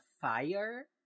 fire